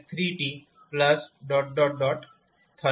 થશે